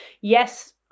Yes